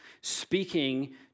speaking